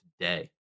today